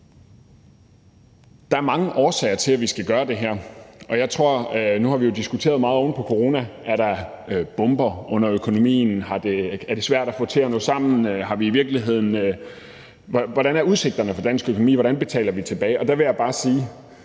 Der er mange årsager til, at vi skal gøre det her. Nu har vi jo oven på corona diskuteret, om der er bomber under økonomien, om det er svært at få det til at hænge sammen, hvordan udsigterne er for dansk økonomi, hvordan vi betaler tilbage. Der vil jeg bare sige,